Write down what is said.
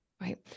Right